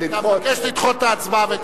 אתה מבקש לדחות את ההצבעה.